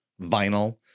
vinyl